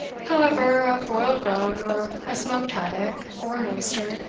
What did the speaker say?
however, a broiled bone, or a smoked haddock, or an oyster,